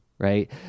Right